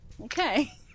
Okay